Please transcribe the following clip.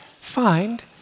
find